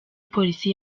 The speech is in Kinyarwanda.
polisi